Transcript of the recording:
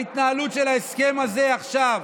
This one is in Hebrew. ההתנהלות של ההסכם הזה עכשיו,